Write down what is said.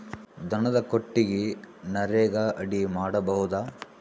ದನದ ಕೊಟ್ಟಿಗಿ ನರೆಗಾ ಅಡಿ ಮಾಡಬಹುದಾ?